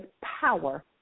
power